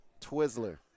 twizzler